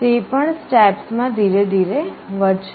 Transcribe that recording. તે પણ સ્ટેપ્સ માં ધીરે ધીરે વધશે